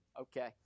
Okay